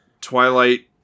Twilight